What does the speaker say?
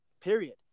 period